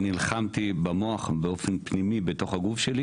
ונלחמתי במוח באופן פנימי בתוך הגוף שלי